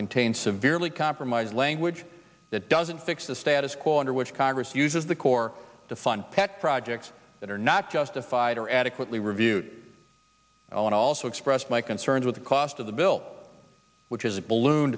contain severely compromised language that doesn't fix the status quo under which congress uses the corps to fund pet projects that are not justified or adequately reviewed and also expressed my concerns with the cost of the bill which is balloon